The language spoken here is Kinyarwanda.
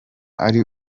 ari